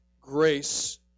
grace